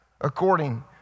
according